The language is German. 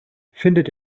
findet